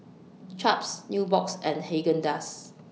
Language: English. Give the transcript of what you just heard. Chaps Nubox and Haagen Dazs